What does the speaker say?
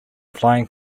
flying